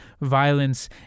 violence